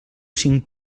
cinc